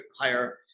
higher